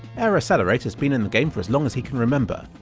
airaccelerate has been in the game for as long as he can remember,